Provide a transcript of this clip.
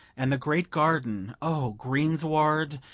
and the great garden oh, greensward,